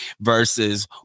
versus